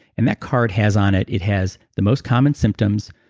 and that card has on it, it has the most common symptoms,